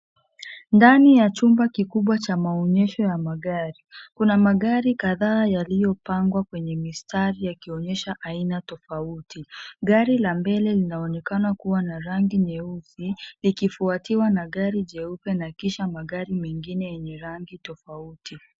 Ndani ya chumba kikubwa cha maonyesho ya magari kuna magari kadhaa yaliyopangwa kwenye mistari yakionyesha aina tofauti, gari la mbele linaonekana kuwa na rangi nyeusi likifuatiwa na gari jeupe na kisha magari mengine yenye rangi tofauti.